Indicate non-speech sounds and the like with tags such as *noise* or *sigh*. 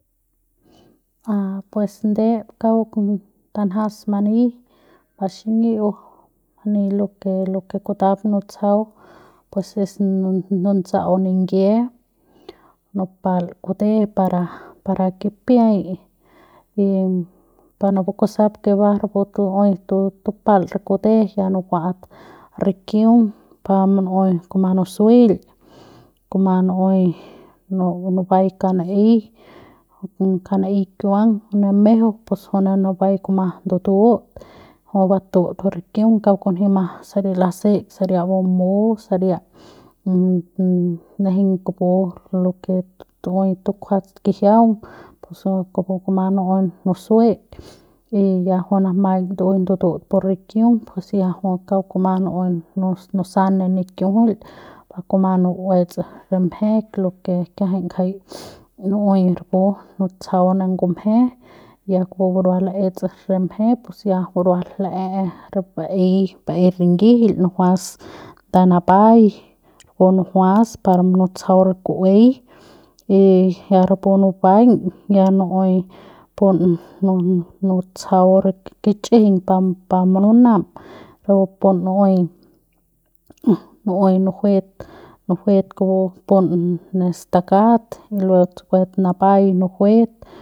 A pues ndep kauk tanjas mani *noise* ba xiñi'iu ni lu ni lu lo ke kutap ntusjau pues es nutsa'au ningie nupal kute para par re kipiai y pa napu kusap ke ba rapu tu'uei nupal re kute ya nukua'at rikiung par munu'uei kuma nusueil kuma nu'uei nubai kauk n'ei kauk n'ei kiuang jui nemejeu pus jui ne nubai kuma ndutu'ut jui batu'ut pu rikiung kauk kunjima ma saria laseiñ saria bumu saria nejeiñ kupu lo ke tu'uei tukjuat kijiaung pus kupu kuma nu'uei nusueik y ya jui namaiñ ndu'uei ndutu'ut pu rikiung pus ya jup kauk kuma nu'uei nusan pu nikiujuil koma nu'uets re mje lo ke kiajai ngjai *noise* nu'uei rapu nutsjau ne ngumje ya kupu burua la'ets re mje pu ya burua la'e'e baei baei ringijil nujuas nda tapai kupu nujuas par munutsjau ku'uei y ya rapu nubaiñ ya nu'uei pun nu nu nutsjau re kich'ijiñ pa par mununam rapu pu nu'uei *noise* nu'uei nujuet nujuet kupu pun ne staka'at ya tsukue napai nu'uei nujuet.